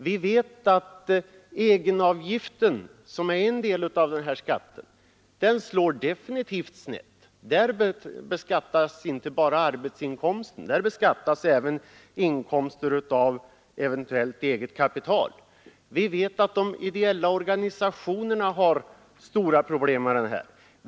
Vi vet att egenavgiften, som är en del av den här skatten, slår definitivt snett. Där beskattas inte bara arbetsinkomsten utan även inkomsten av eventuellt eget kapital. Vi vet att de ideella organisationerna har stora problem med denna skatt.